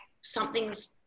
something's